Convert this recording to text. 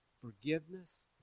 forgiveness